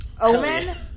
Omen